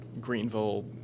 greenville